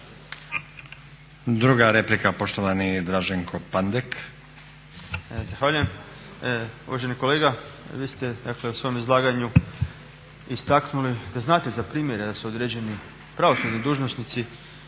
Pandek. **Pandek, Draženko (SDP)** Zahvaljujem. Uvaženi kolega, vi ste dakle u svom izlaganju istaknuli da znate za primjere da su određeni pravosudni dužnosnici